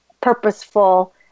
purposeful